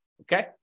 Okay